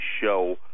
show